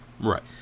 Right